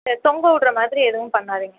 சரி தொங்க விட்றமாதிரி எதுவும் பண்ணாதீங்க